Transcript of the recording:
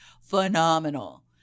phenomenal